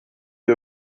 due